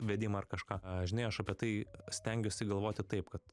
vedimą ar kažką žinai aš apie tai stengiuosi galvoti taip kad